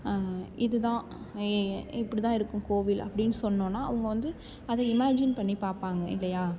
இது தான் இப்படி தான் இருக்கும் கோவில் அப்படினு சொன்னோம்னா அவங்க வந்து அத இமேஜின் பண்ணி பார்ப்பாங்க இல்லையா